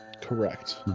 Correct